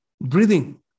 breathing